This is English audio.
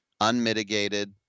unmitigated